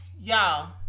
y'all